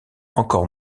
encore